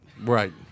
Right